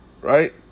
right